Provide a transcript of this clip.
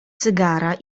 cygara